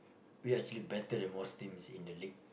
we are still better than most teams in the league